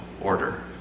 order